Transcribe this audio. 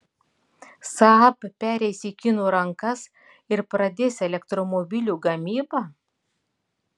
saab pereis į kinų rankas ir pradės elektromobilių gamybą